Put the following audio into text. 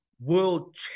world